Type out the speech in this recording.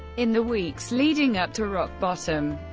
in the weeks leading up to rock bottom,